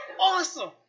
awesome